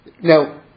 now